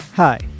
Hi